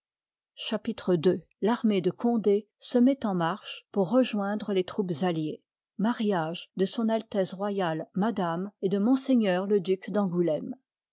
chapitre il l'armée de condé se met en marche pour rejoindre les troupes alliées mariage de s a r madame et de ms le duc d'angoulême